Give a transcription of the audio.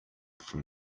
from